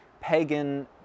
pagan